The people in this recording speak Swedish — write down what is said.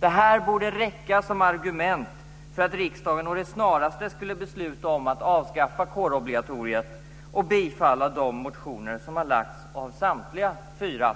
Det borde räcka som argument för att riksdagen å det snaraste skulle besluta om att avskaffa kårobligatoriet och bifalla de motioner som har väckts av samtliga